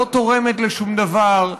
לא תורמת לשום דבר,